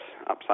upside